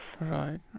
Right